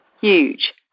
Huge